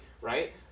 right